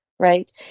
Right